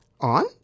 on